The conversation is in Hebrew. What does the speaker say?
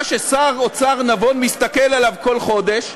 מה ששר אוצר נבון מסתכל עליו כל חודש,